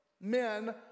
men